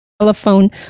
Telephone